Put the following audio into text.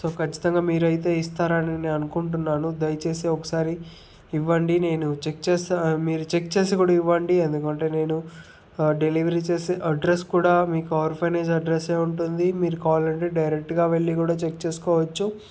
so ఖచ్చితంగా మీరు అయితే ఇస్తారని నేను అనుకుంటున్నాను దయచేసి ఒకసారి ఇవ్వండి నేను చెక్ చేస్తా మీరు చెక్ చేసి కూడా ఇవ్వండి ఎందుకంటే నేను డెలివరీ చేసే అడ్రస్ కూడా మీకు ఆర్ఫనైజ్ అడ్రస్సే ఉంటుంది మీరు కావాలంటే డైరెక్ట్గా వెళ్ళి కూడా చెక్ చేసుకోవచ్చు